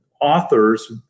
authors